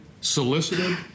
solicited